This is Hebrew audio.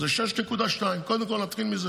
זה 6.2. קודם כול נתחיל מזה